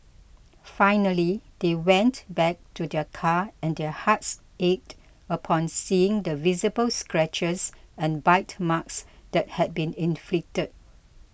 finally they went back to their car and their hearts ached upon seeing the visible scratches and bite marks that had been inflicted